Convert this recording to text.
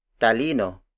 Talino